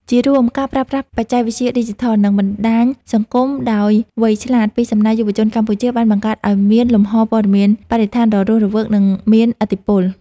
ជារួម ការប្រើប្រាស់បច្ចេកវិទ្យាឌីជីថល និងបណ្ដាញសង្គមដោយវៃឆ្លាតពីសំណាក់យុវជនកម្ពុជា បានបង្កើតឱ្យមានលំហព័ត៌មានបរិស្ថានដ៏រស់រវើក និងមានឥទ្ធិពល។